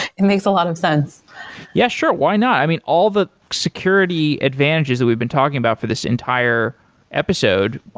it makes a lot of sense yeah, sure. why not? i mean, all the security advantages that we've been talking about for this entire episode,